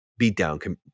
beatdown